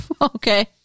okay